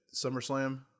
SummerSlam